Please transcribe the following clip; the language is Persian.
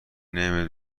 نمی